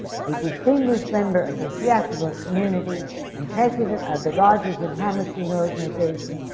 a distinguished member of the theatrical community and president of the rodgers and hammerstein organization,